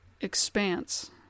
expanse